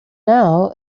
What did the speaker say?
now